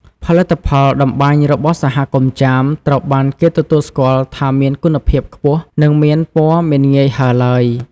ផលិតផលត្បាញរបស់សហគមន៍ចាម ត្រូវបានគេទទួលស្គាល់ថាមានគុណភាពខ្ពស់ និងមានពណ៌មិនងាយហើរឡើយ។